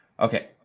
Okay